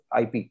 IP